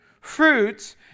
fruits